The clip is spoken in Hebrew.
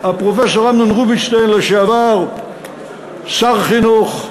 פרופסור אמנון רובינשטיין, לשעבר שר החינוך,